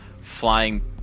flying